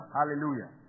Hallelujah